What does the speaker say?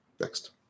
Next